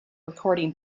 recording